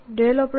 B B